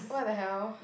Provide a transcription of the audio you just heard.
what the hell